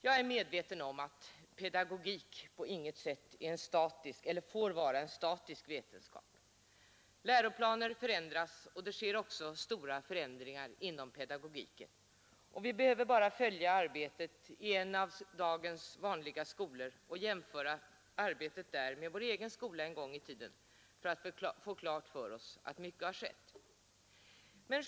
Jag är medveten om att pedagogik på intet sätt får vara en statisk inom pedagogiken. Vi behöver bara följa arbetet i en av dagens vanliga skolor och jämföra det med arbetet i vår egen skola en gång i tiden för att få klart för oss att mycket har skett.